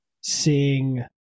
seeing